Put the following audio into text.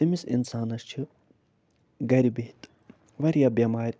أمِس اِنسانَس چھِ گَرِ بِہِتھ واریاہ بٮ۪مارِ